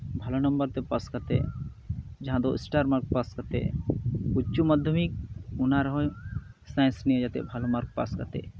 ᱵᱷᱟᱞᱚ ᱱᱟᱢᱵᱟᱨ ᱛᱮ ᱯᱟᱥ ᱠᱟᱛᱮᱫ ᱡᱟᱦᱟᱸ ᱫᱚ ᱮᱥᱴᱟᱨ ᱢᱟᱨᱠ ᱯᱟᱥ ᱠᱟᱛᱮᱫ ᱩᱪᱪᱚ ᱢᱟᱫᱽᱫᱷᱚᱢᱤᱠ ᱚᱱᱟ ᱨᱮᱦᱚᱸᱭ ᱥᱟᱭᱮᱱᱥ ᱱᱤᱭᱮᱛᱮ ᱵᱷᱟᱜᱮ ᱢᱟᱨᱠ ᱯᱟᱥ ᱠᱟᱛᱮᱫ